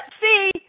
see